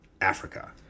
Africa